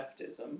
leftism